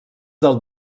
del